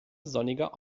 sonniger